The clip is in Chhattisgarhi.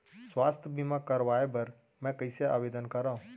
स्वास्थ्य बीमा करवाय बर मैं कइसे आवेदन करव?